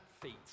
feet